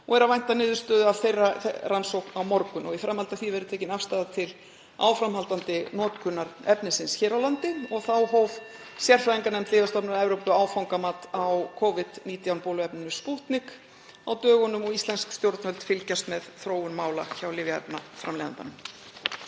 og er að vænta niðurstöðu af þeirri rannsókn á morgun. Í framhaldi af því verður tekin afstaða til áframhaldandi notkunar efnisins hér á landi. (Forseti hringir.) Þá hóf sérfræðinganefnd Lyfjastofnunar Evrópu áfangamat á Covid-19 bóluefninu Spútnik á dögunum og íslensk stjórnvöld fylgjast með þróun mála hjá lyfjaefnaframleiðandanum.